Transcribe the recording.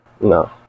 No